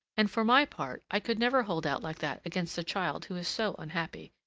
and for my part, i could never hold out like that against a child who is so unhappy.